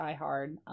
diehard